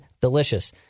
delicious